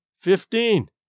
fifteen